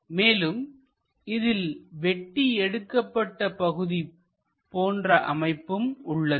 மேலும் இதில் வெட்டி எடுக்கப்பட்ட பகுதி போன்ற அமைப்பும் உள்ளது